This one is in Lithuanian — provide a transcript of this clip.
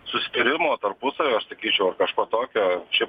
susitarimo tarpusavio aš sakyčiau ar kažko tokio šiaip